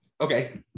Okay